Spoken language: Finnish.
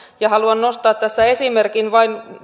ja haluan nostaa tässä esimerkin vain